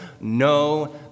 no